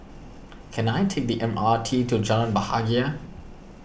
can I take the M R T to Jalan Bahagia